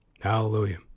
hallelujah